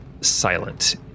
silent